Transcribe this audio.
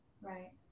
Right